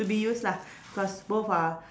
to be used lah cause both are